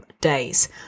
days